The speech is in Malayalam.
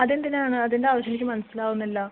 അതെന്തിനാണ് അതിൻ്റെ ആവശ്യം എനിക്ക് മനസ്സിലാവുന്നില്ല